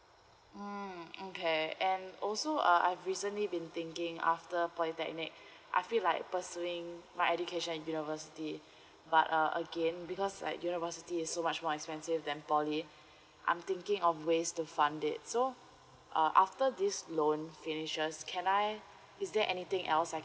mm okay and also uh I've recently been thinking after polytehcnic I feel like pursuing my education at university but uh again because like university so much more expensive than poly I'm thinking of ways to fund it so uh after this loan finishes can I is there anything else I